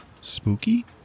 Spooky